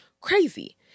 Crazy